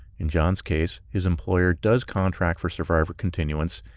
in john's case his employer does contract for survivor continuance,